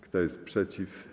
Kto jest przeciw?